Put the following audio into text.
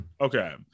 Okay